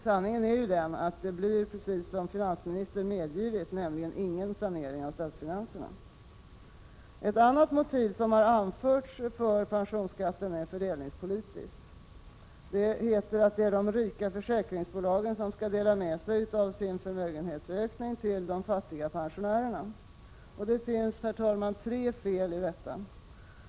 Sanningen är ju, som finansministern har medgivit, att det blir ingen sanering av statsfinanserna. Ett annat motiv som har anförts är fördelningspolitiskt. Det heter att det är de rika försäkringsbolagen som skall dela med sig av sin förmögenhetsökning till de fattiga pensionärerna. Det finns tre fel i detta, herr talman.